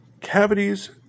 cavities